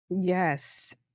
Yes